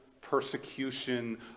persecution